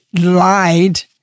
lied